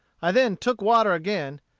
i then took water again,